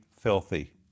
filthy